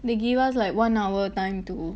they give us like one hour time to